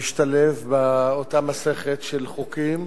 להשתלב באותה מסכת של חוקים